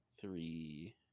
three